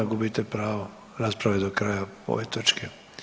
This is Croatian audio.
Gubite pravo rasprave do kraja ove točke.